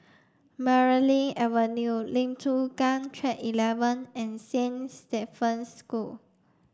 Marlene Avenue Lim Chu Kang Track eleven and Saint Stephen's School